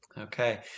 Okay